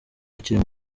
akiri